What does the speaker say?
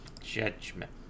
Judgment